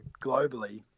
globally